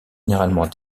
généralement